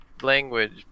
language